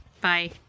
Bye